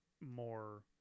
more